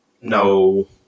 No